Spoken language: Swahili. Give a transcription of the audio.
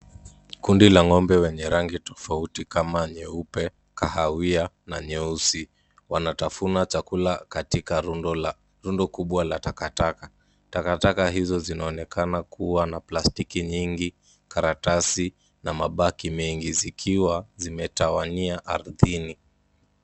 Kundi la ng'ombe wenye rangi tofauti kama nyeupe, kahawia na nyeusi. Wanatafuna chakula katika rundo kubwa la takataka. Takataka hizo zinaonekana kuwa na plastiki mingi, karatasi na mabaki mengi, zikiwa zimetawanyia ardhini.